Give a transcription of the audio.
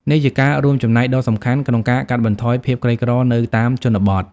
នេះជាការរួមចំណែកដ៏សំខាន់ក្នុងការកាត់បន្ថយភាពក្រីក្រនៅតាមជនបទ។